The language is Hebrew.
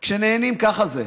כשנהנים, ככה זה.